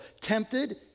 Tempted